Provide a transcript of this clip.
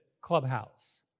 Clubhouse